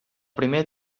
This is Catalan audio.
primer